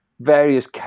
various